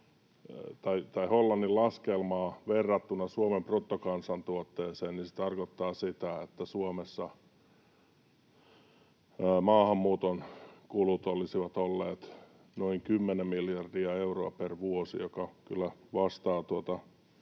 jos Hollannin laskelmaa verrataan Suomen bruttokansantuotteeseen, niin se tarkoittaa sitä, että Suomessa maahanmuuton kulut olisivat olleet noin kymmenen miljardia euroa per vuosi, mikä kyllä vastaa aika